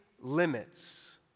limits